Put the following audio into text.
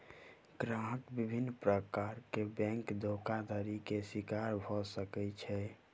ग्राहक विभिन्न प्रकार के बैंक धोखाधड़ी के शिकार भअ सकै छै